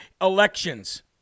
elections